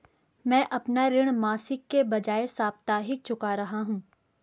मैं अपना ऋण मासिक के बजाय साप्ताहिक चुका रहा हूँ